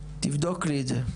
תבדוק לי את זה.